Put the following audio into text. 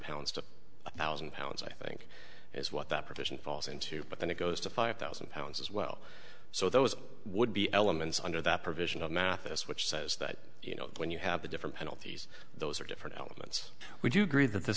pounds to one thousand pounds i think is what that provision falls into but then it goes to five thousand pounds as well so those would be elements under that provision of mathis which says that you know when you have a different penalties those are different elements would you agree that th